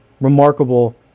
remarkable